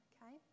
Okay